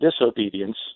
disobedience